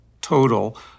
total